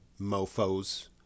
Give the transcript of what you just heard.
Mofos